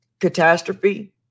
catastrophe